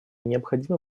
необходимо